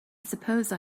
suppose